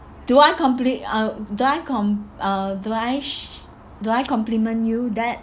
do I compli~ uh do I com~ uh do I sh~ do I compliment you that